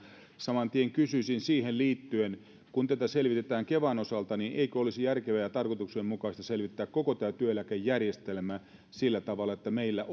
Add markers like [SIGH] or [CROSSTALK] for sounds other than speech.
saman tien kysyisin siihen liittyen kun tätä selvitetään kevan osalta niin eikö olisi järkevää ja tarkoituksenmukaista selvittää koko tämä työeläkejärjestelmä sillä tavalla että meillä [UNINTELLIGIBLE]